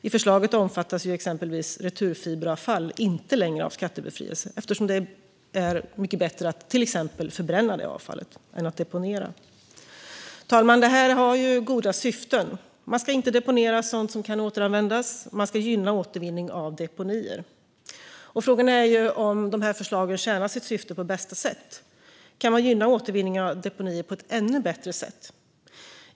I förslaget omfattas exempelvis returfiberavfall inte längre av skattebefrielse, eftersom det är mycket bättre att till exempel förbränna det avfallet än att deponera det. Fru talman! Det här har goda syften. Man ska inte deponera sådant som kan återanvändas, och man ska gynna återvinning av deponier. Frågan är om förslagen tjänar sitt syfte på bästa sätt. Kan man gynna återvinningen av deponier på ett ännu bättre sätt?